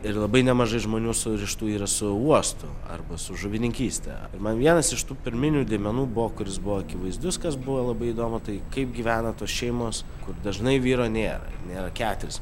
ir labai nemažai žmonių surištų yra su uostu arba su žuvininkyste man vienas iš tų pirminių dėmenų buvo kuris buvo akivaizdus kas buvo labai įdomu tai kaip gyvena tos šeimos kur dažnai vyro nėra nėra keturis